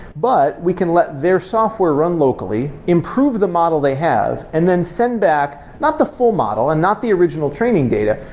but we can let their software run locally, improve the model they have and then send back not the full model and not the original training data,